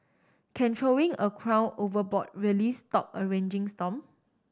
can throwing a crown overboard really stop a raging storm